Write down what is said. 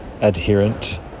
adherent